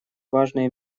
важные